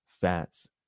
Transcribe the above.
fats